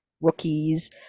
rookies